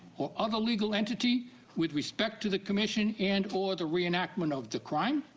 or other legal entity with respect to the commission and or the reenactment of the crime.